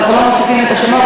אנחנו לא מוסיפים את השמות,